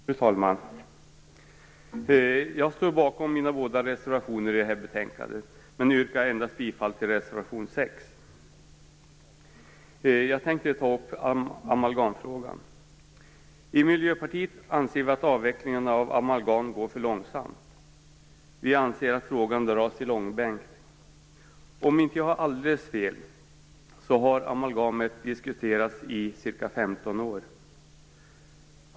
Fru talman! Jag står bakom båda mina reservationer vid det här betänkandet men yrkar bifall endast till reservation 6. Jag tänker ta upp amalgamfrågan. Vi i Miljöpartiet anser att avvecklingen av amalgam går för långsamt. Vi anser att frågan dras i långbänk. Om jag inte har alldeles fel, har amalgamet diskuterats i ca 15 år.